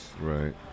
Right